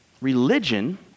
Religion